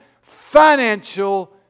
financial